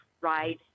ride